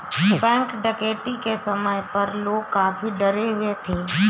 bank डकैती के समय पर लोग काफी डरे हुए थे